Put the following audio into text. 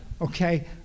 okay